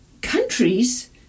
countries